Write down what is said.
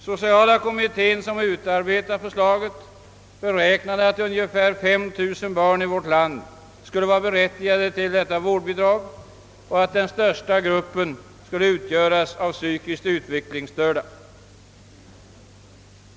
Sociala kommittén som utarbetat förslaget har beräknat att ungefär 5 000 barn i vårt land skulle vara berättigade till detta vårdbidrag och att den största gruppen skulle utgöras av psykiskt utvecklingsstörda.